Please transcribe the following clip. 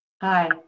Hi